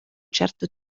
certo